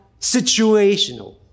situational